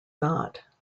not